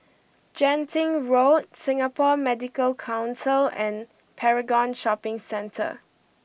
Genting Road Singapore Medical Council and Paragon Shopping Centre